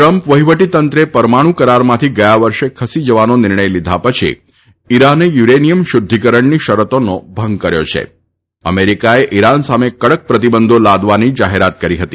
Trump વહિવટીતંત્ર પરમાણુ કરારમાંથી ગયા વર્ષે ખસી વાનો નિર્ણય લીધા પછી ઇરાનાયુરેનિયમ શુધ્યકરણની શરતોનો ભંગ કર્યો છા અમદ્વીકાએ ઇરાન સામ કડક પ્રતિબંધો લાદવાની જાહેરાત કરી હતી